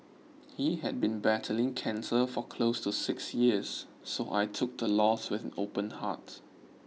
he had been battling cancer for close to six years so I took the loss with an open heart